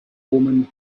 woman